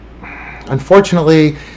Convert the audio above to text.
unfortunately